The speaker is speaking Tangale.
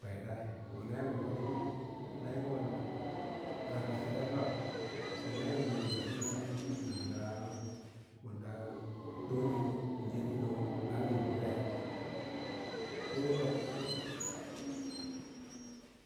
Paịɗaị, mana yịmdụ koɗịm layịngọn na rab ga tẹrẹm rab, mana yịmdụ nlọsịn nam ga mọn ɗa ɗọọn ịnọ nyaa ɗịịnọ igan yịm pụrai,